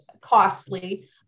costly